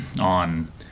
on